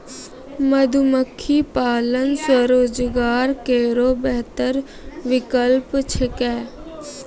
मधुमक्खी पालन स्वरोजगार केरो बेहतर विकल्प छिकै